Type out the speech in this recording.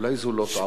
אולי זאת לא טעות?